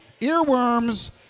Earworms